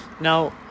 now